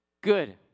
good